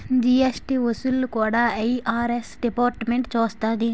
GST వసూళ్లు కూడా IRS డిపార్ట్మెంటే చూస్తాది